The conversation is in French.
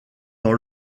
dans